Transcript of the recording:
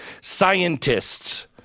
Scientists